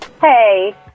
Hey